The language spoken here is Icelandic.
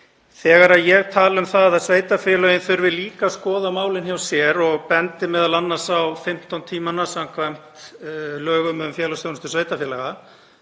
Þegar ég tala um að sveitarfélögin þurfi líka að skoða málin hjá sér og bendi m.a. á 15 tímana samkvæmt lögum um Félagsþjónustu sveitarfélaga,